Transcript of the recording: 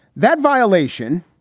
that violation,